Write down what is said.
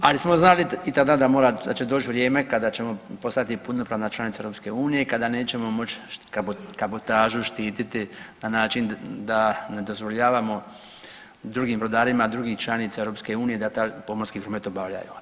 Ali smo znali i tada da mora, da će doći vrijeme kada ćemo postati punopravna članica EU i kada nećemo moći kabotažu štititi na način da ne dozvoljavamo drugim brodarima drugih članica EU da taj pomorski promet obavljaju.